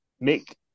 make